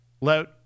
let